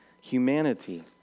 humanity